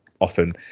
often